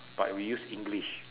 but we use english